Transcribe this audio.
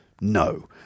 No